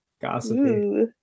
gossipy